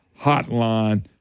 Hotline